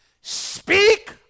speak